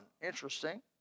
Interesting